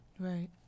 Right